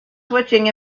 switching